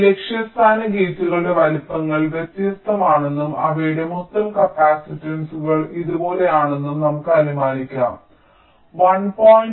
ഈ ലക്ഷ്യസ്ഥാന ഗേറ്റുകളുടെ വലുപ്പങ്ങൾ വ്യത്യസ്തമാണെന്നും അവയുടെ മൊത്തം കപ്പാസിറ്റൻസുകൾ ഇതുപോലെയാണെന്നും നമുക്ക് അനുമാനിക്കാം 1